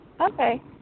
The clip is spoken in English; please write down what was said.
Okay